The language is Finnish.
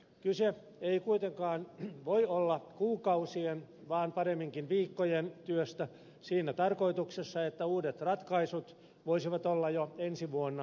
kyse ei kuitenkaan voi olla kuukausien vaan paremminkin viikkojen työstä siinä tarkoituksessa että uudet ratkaisut voisivat olla jo ensi vuonna käytössä